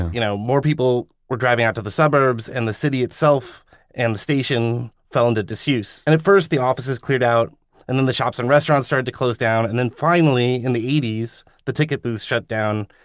you know more people were driving out to the suburbs and the city itself and the station founded disuse. and at first the officers cleared out and then the shops and restaurants started to close down. and then finally in the eighty s the ticket booth shut down.